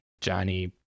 Johnny